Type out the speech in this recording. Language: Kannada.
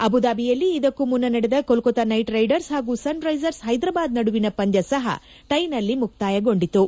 ಅಬುದಾಬಿಯಲ್ಲಿ ಇದಕ್ಕೂ ಮುನ್ನ ನಡೆದ ಕೋಲ್ಕತ್ತಾ ನೈಟ್ ರೈಡರ್ಸ್ ಹಾಗೂ ಸನ್ ರೈಸರ್ಸ್ ಹೈದರಾಬಾದ್ ನಡುವಿನ ಪಂದ್ಯ ಸಹ ಟೈನಲ್ಲಿ ಮುಕ್ತಾಯಗೊಂಡಿತು